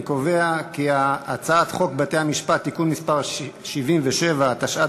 אני קובע כי ההצעה עברה בקריאה שנייה.